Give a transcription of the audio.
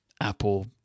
Apple